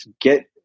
get